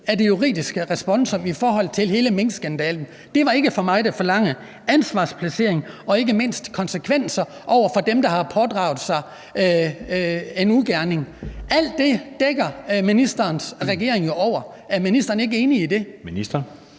af det juridiske responsum i forhold til hele minkskandalen var ikke for meget at forlange; ansvarsplacering og ikke mindst konsekvenser over for dem, der har pådraget sig en ugerning. Alt det dækker ministerens regering jo over. Er ministeren ikke enig i det?